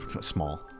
Small